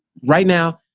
right now.